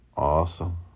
Awesome